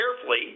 carefully